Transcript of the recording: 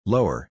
Lower